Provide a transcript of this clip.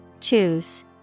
Choose